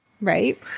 right